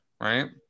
right